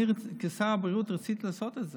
אני כשר הבריאות רציתי לעשות את זה.